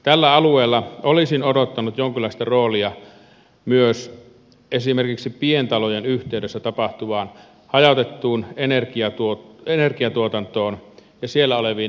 tällä alueella olisin odottanut jonkinlaista roolia myös esimerkiksi pientalojen yhteydessä tapahtuvaan hajautettuun energiatuotantoon ja siellä oleviin esteisiin